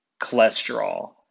cholesterol